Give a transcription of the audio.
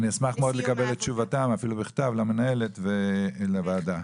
אני אשמח לקבל את תשובתם בכתב למנהלת הוועדה.